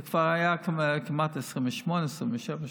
זה כבר היה כמעט 27, 28 שעות.